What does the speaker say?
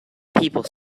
people